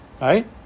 Right